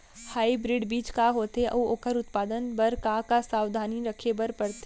Hybrid बीज का होथे अऊ ओखर उत्पादन बर का का सावधानी रखे बर परथे?